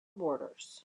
borders